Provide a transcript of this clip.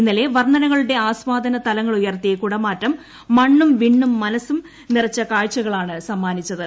ഇന്നലെ വർണ്ണനകളുടെ ആസ്വാദന തലങ്ങളുയർത്തി കുടമാറ്റം മണ്ണും വിണ്ണും മനസും നിറച്ച കാഴ്ചകളാണ് സമ്മാനിച്ചത്